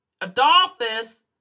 Adolphus